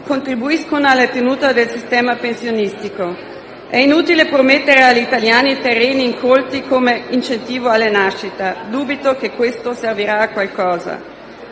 contribuiscono alla tenuta del sistema pensionistico. È inutile promettere agli italiani terreni incolti come incentivo alle nascite. Dubito che questo servirà a qualcosa.